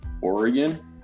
Oregon